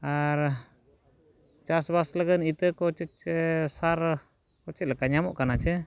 ᱟᱨ ᱪᱟᱥᱵᱟᱥ ᱞᱟᱹᱜᱤᱫ ᱤᱛᱟᱹ ᱠᱚ ᱪᱮᱫ ᱪᱮᱫ ᱥᱟᱨ ᱠᱚ ᱪᱮᱫ ᱞᱮᱞᱟ ᱧᱟᱢᱚᱜ ᱠᱟᱱᱟ ᱥᱮ